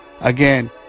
Again